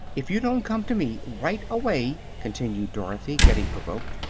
if you don't come to me, right away, continued dorothy, getting provoked,